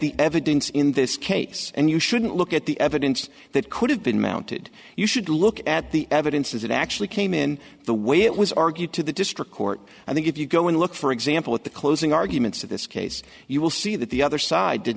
the evidence in this case and you shouldn't look yet the evidence that could have been mounted you should look at the evidence as it actually came in the way it was argued to the district court i think if you go and look for example at the closing arguments of this case you will see that the other side did